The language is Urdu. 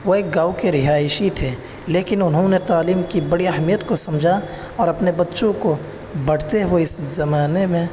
وہ ایک گاؤں کے رہائشی تھے لیکن انہوں نے تعلیم کی بڑی اہمیت کو سمجھا اور اپنے بچوں کو بڑھتے ہوئے اس زمانے میں